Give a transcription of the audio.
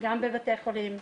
גם בבתי חולים,